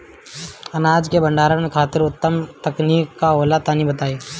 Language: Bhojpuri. अनाज के भंडारण खातिर उत्तम तकनीक का होला तनी बताई?